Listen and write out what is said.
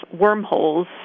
wormholes